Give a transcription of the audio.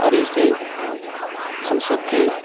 आओर इसे हम सभके